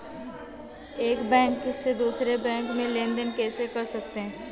एक बैंक से दूसरे बैंक में लेनदेन कैसे कर सकते हैं?